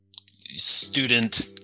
student